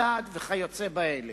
סעד וכיוצא באלה.